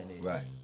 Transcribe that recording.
right